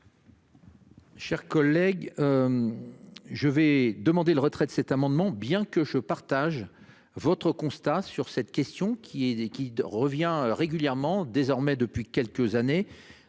Chers collègues. Je vais demander le retrait de cet amendement. Bien que je partage votre constat sur cette question qui est et qui revient régulièrement désormais depuis quelques années